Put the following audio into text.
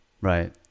Right